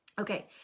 Okay